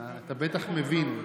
אתה בטח מבין.